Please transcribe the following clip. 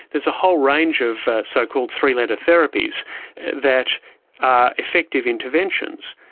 there's a whole range of so-called three-letter therapies that are effective interventions.